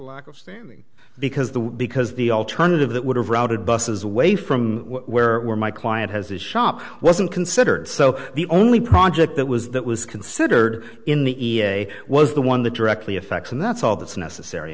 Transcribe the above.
lack of standing because the because the alternative that would have routed buses away from where were my client has his shop wasn't considered so the only project that was that was considered in the e a a was the one that directly affects and that's all that's necessary